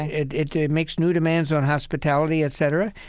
it it makes new demands on hospitality, etc.